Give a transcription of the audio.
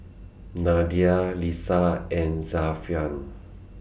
Nadia Lisa and Zafran